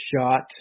shot